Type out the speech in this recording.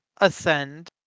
ascend